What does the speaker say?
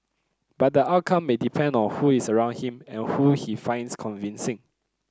but the outcome may depend on who is around him and who he finds convincing